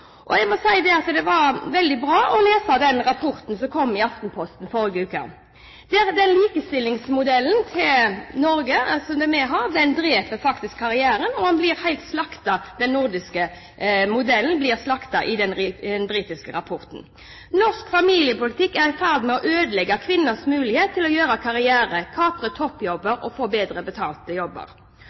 Jeg må si det var veldig bra å lese rapporten som kom i Aftenposten i forrige ute. Likestillingsmodellen som vi har i Norge, dreper faktisk karrieren, og den nordiske modellen blir helt slaktet i den britiske rapporten. Norsk familiepolitikk er i ferd med å ødelegge kvinners mulighet til å gjøre karriere, kapre toppjobber og få bedre betalte jobber.